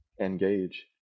engage